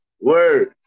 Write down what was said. Word